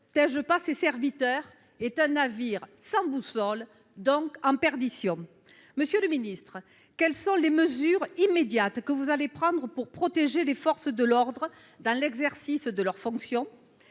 protège pas ses serviteurs est un navire sans boussole et, donc, en perdition. Quelles sont les mesures immédiates que vous comptez prendre pour protéger les forces de l'ordre dans l'exercice de leur fonction ?